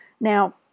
Now